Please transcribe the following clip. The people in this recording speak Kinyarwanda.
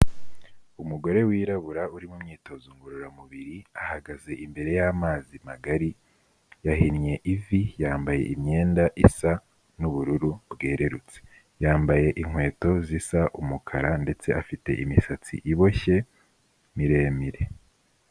Umugore wirabura uri mu myitozo ngororamubiri ahagaze imbere y'amazi magari yahinnye ivi, yambaye imyenda isa n'ubururu bwererutse, yambaye inkweto zisa umukara ndetse afite imisatsi iboshye miremire.